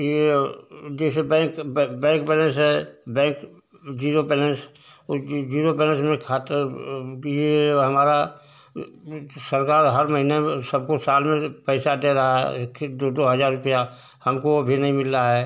ये जैसे बैंक बै बैंक बैलेन्स है जीरो बैलेन्स जीरो बैलेन्स में खाता ये हमारा सरकार हर महीने सबको साल में पैसा दे रहा है दो दो हजार रुपया हमको अभी नहीं मिल रहा है